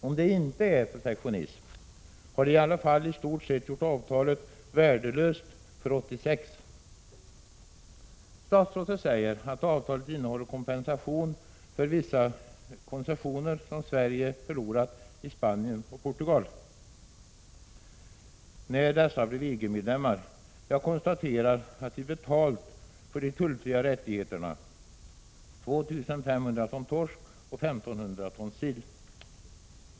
Om det inte är protektionism har det i varje fall i stort sett gjort avtalet värdelöst för 1986. Statsrådet säger att avtalet innehåller kompensation för vissa koncessioner som Sverige förlorat i Spanien och Portugal när dessa blev EG-medlemmar. Jag konstaterar att vi har betalat för de tullfria rättigheterna med 2 500 ton torsk och 1 500 ton sill.